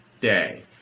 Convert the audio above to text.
Day